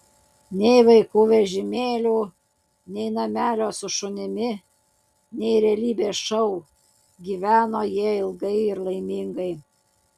nei vaikų vežimėlių nei namelio su šunimi nei realybės šou gyveno jie ilgai ir laimingai